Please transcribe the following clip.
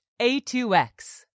A2X